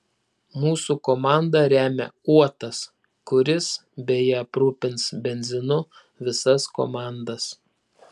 mūsų komandą remia uotas kuris beje aprūpins benzinu visas komandas